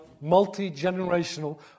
multi-generational